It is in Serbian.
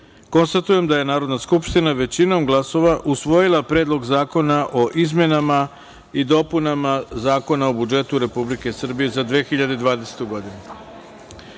četiri. Konstatujem da je Narodna skupština, većinom glasova, usvojila Predlog zakona o izmenama i dopunama Zakona o budžetu Republike Srbije za 2020. godinu. Sada